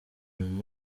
ikintu